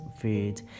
food